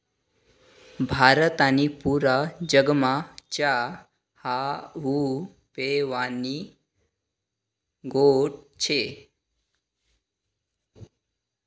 भारत आणि पुरा जगमा च्या हावू पेवानी गोट शे